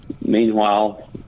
meanwhile